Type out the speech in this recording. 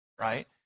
right